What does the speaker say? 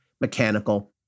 mechanical